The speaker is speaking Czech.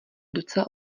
docela